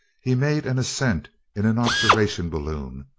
he made an ascent in an observation balloon,